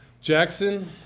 Jackson